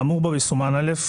(1) האמור בו יסומן "(א)",